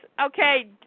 Okay